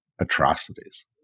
atrocities